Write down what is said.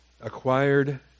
Acquired